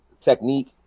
technique